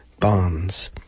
Bonds